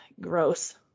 gross